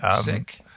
Sick